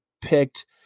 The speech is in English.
picked